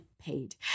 paid